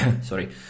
Sorry